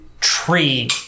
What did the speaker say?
tree